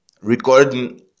recording